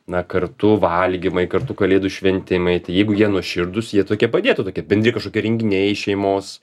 na kartu valgymai kartu kalėdų šventimai tai jeigu jie nuoširdus jie tokie padėtų tokie bendri kažkokie renginiai šeimos